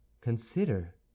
consider